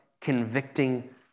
convicting